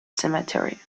cemetery